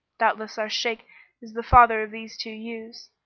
doubtless our shaykh is the father of these two youths.